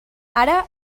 ara